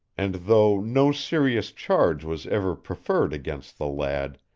and though no serious charge was ever preferred against the lad,